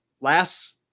last